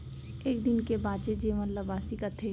एक दिन के बांचे जेवन ल बासी कथें